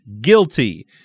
guilty